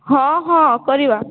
ହଁ ହଁ କରିବା